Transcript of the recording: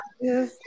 Yes